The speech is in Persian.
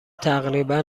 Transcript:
تقریبا